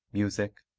music,